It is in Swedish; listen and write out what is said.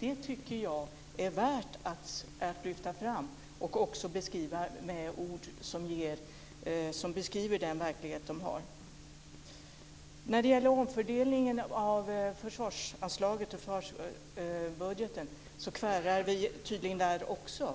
Det tycker jag är värt att lyfta fram, och man ska också använda ord som beskriver den verklighet som de lever i. När det gäller omfördelningen av försvarsanslaget och försvarsbudgeten knakar det tydligen där också.